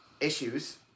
issues